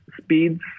speeds